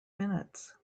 minutes